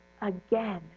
again